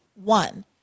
One